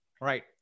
Right